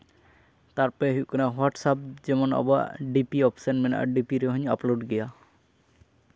ᱛᱟᱨᱯᱚᱨᱮ ᱦᱩᱭᱩᱜ ᱠᱟᱱᱟ ᱦᱳᱴᱟᱥᱥᱮᱯ ᱡᱮᱢᱚᱱ ᱟᱵᱚᱣᱟᱜ ᱰᱤᱯᱤ ᱚᱯᱷᱥᱮᱱ ᱢᱮᱱᱟᱜᱼᱟ ᱰᱤᱯᱤ ᱨᱮᱦᱚᱸᱧ ᱟᱯᱞᱳᱰ ᱜᱮᱭᱟ